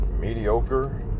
Mediocre